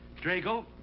drago,